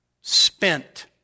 spent